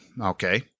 Okay